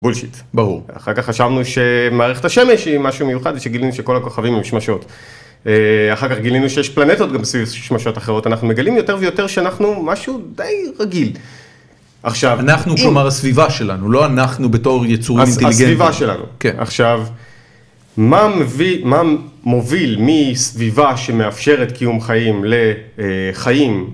ברור. אחר כך חשבנו שמערכת השמש היא משהו מיוחד ושגילינו שכל הכוכבים הם שמשות. אחר כך גילינו שיש פלנטות גם סביב שמשות אחרות, אנחנו מגלים יותר ויותר שאנחנו משהו די רגיל. אנחנו כלומר הסביבה שלנו, לא אנחנו בתור יצורים אינטליגנטיים. עכשיו, מה מוביל מסביבה שמאפשרת קיום חיים לחיים?